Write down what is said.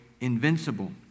invincible